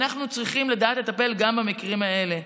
אנחנו צריכים לדעת לטפל גם במקרים האלה.